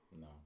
No